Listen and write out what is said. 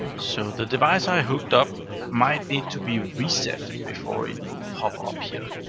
so the device i hooked up might need to be reset before it will pop up here.